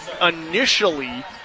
initially